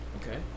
Okay